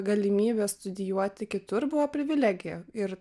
galimybė studijuoti kitur buvo privilegija ir